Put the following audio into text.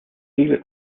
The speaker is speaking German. viele